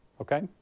okay